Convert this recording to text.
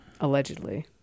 Allegedly